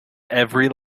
every